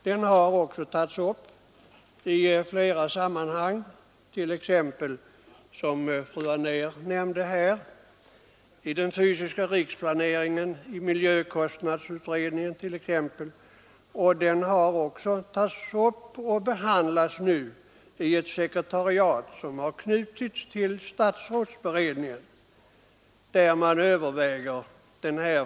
Den har också tagits upp i flera sammanhang, t.ex. som fru Anér nämnde i den fysiska riksplaneringen och i miljökostnadsutredningen. Den behandlas nu även i ett sekretariat som har knutits till statsrådsberedningen.